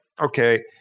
okay